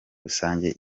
rusange